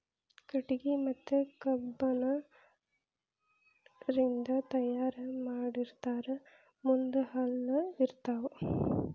ಕಟಗಿ ಮತ್ತ ಕಬ್ಬಣ ರಿಂದ ತಯಾರ ಮಾಡಿರತಾರ ಮುಂದ ಹಲ್ಲ ಇರತಾವ